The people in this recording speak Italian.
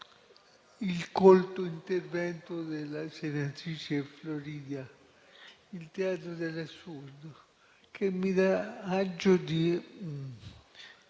il colto intervento della senatrice Floridia, il teatro dell'assurdo, che mi dà agio di